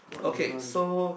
okay so